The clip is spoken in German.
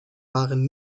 waren